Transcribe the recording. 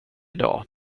dag